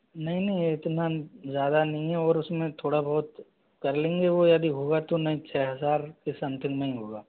नहीं नहीं इतना ज़्यादा नहीं है और उसमें थोड़ा बहुत कर लेंगे वो यदि होगा तो नहीं छः हजार के समथिंग में ही होगा